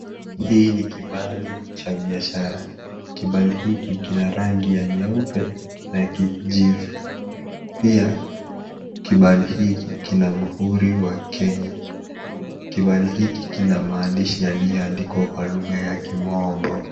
Hii ni kibali cha biashara, kibali hiki kina rangi ya nyeupe na kijivu, pia kibali hiki kina muhuri wa kenya, kibali hiki kina maandishi yaliyo andikwa kwa lugha ya kimombo.